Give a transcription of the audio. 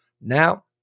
Now